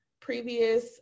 previous